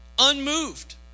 unmoved